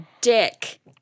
dick